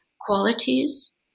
qualities